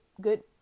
good